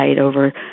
over